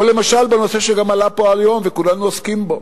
או למשל בנושא שגם הוא עלה פה היום וכולנו עוסקים בו,